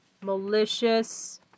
malicious